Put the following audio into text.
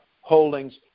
holdings